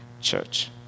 church